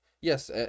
yes